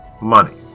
money